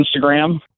Instagram